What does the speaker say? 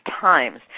Times